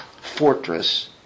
fortress